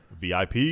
VIP